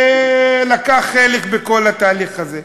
היה לזה חלק בכל התהליך הזה.